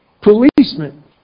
Policemen